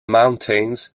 mountains